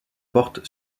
porte